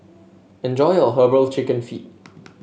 enjoy your herbal chicken feet